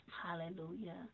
Hallelujah